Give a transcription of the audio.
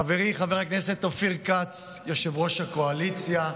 חברי חבר הכנסת אופיר כץ, יושב-ראש הקואליציה,